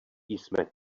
jsme